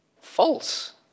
False